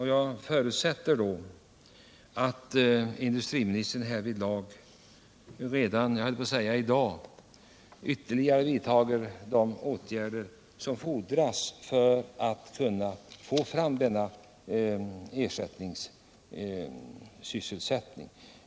Jag förutsätter att industriministern snarast — jag höll på att säga redan i dag — vidtar de ytterligare åtgärder som fordras för att man skall få fram den nödvändiga ersättningssysselsättningen.